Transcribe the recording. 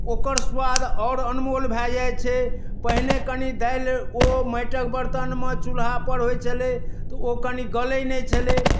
ओकर स्वाद आओर अनमोल भऽ जाइ छै पहिने कनि दालि ओ माटिक बर्तनमे चूल्हा पर होइ छलै तऽ ओ कनि गलै नहि छलै